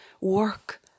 work